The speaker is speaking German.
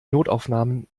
notaufnahmen